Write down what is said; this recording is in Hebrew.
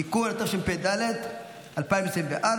התשפ"ד 2024,